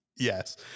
Yes